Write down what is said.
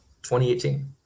2018